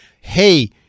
Hey